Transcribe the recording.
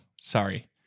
Sorry